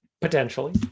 potentially